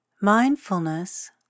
mindfulness